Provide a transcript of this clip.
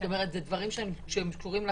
זאת אומרת, זה דברים שקשורים לקורונה?